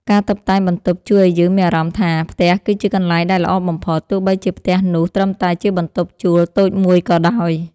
ការតុបតែងបន្ទប់ជួយឱ្យយើងមានអារម្មណ៍ថា ផ្ទះគឺជាកន្លែងដែលល្អបំផុត ទោះបីជាផ្ទះនោះត្រឹមតែជាបន្ទប់ជួលតូចមួយក៏ដោយ។